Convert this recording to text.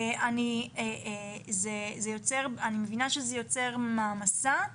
אני מבינה שזה יוצר מעמסה,